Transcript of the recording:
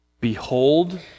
behold